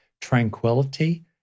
tranquility